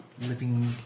Living